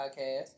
podcast